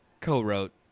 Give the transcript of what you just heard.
co-wrote